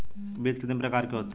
बीज कितने प्रकार के होते हैं?